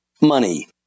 Money